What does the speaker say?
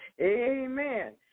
Amen